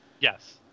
Yes